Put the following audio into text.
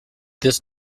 this